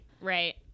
right